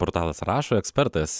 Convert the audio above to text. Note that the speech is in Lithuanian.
portalas rašo ekspertas